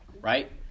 right